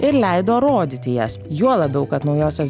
ir leido rodyti jas juo labiau kad naujosios